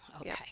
okay